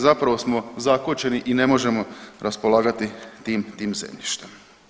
Zapravo smo zakočeni i ne možemo raspolagati tim zemljištem.